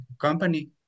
company